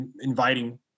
inviting